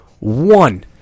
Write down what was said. One